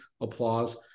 applause